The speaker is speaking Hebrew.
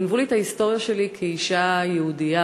גנבו לי את ההיסטוריה שלי כאישה יהודייה.